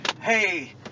hey